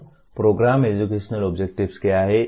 अब programme educational objectives क्या हैं